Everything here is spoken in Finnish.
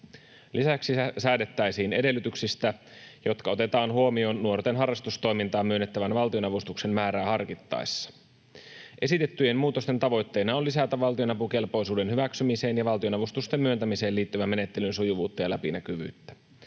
Lisäksi säädettäisiin edellytyksistä, jotka otetaan huomioon nuorten harrastustoimintaan myönnettävän valtionavustuksen määrää harkittaessa. Esitettyjen muutosten tavoitteena on lisätä valtionapukelpoisuuden hyväksymiseen ja valtionavustusten myöntämiseen liittyvän menettelyn sujuvuutta ja läpinäkyvyyttä.